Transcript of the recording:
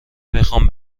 میخوام